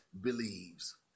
believes